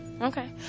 okay